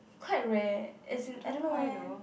quite rare as in I don't know eh